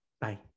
Bye